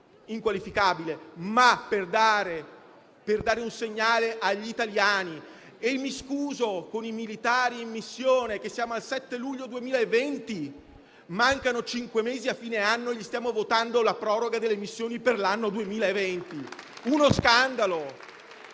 inqualificabile, ma per dare un segnale agli italiani. Mi scuso con i militari in missione per il fatto che siamo al 7 luglio 2020, mancano cinque mesi alla fine dell'anno e stiamo votando la proroga delle missioni per l'anno 2020, è uno scandalo!